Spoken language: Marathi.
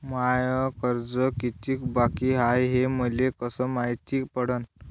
माय कर्ज कितीक बाकी हाय, हे मले कस मायती पडन?